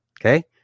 Okay